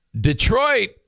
Detroit